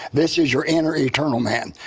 this is your inner eternal man.